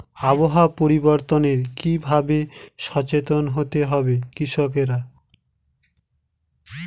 আবহাওয়া পরিবর্তনের কি ভাবে সচেতন হতে হবে কৃষকদের?